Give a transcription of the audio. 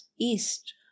east